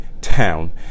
town